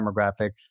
demographic